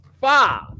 Five